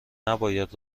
نباید